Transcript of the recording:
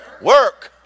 Work